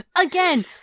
again